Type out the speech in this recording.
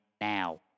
now